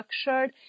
structured